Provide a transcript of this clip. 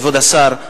כבוד השר,